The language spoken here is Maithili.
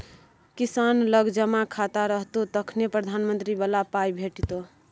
किसान लग जमा खाता रहतौ तखने प्रधानमंत्री बला पाय भेटितो